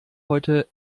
heute